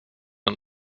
und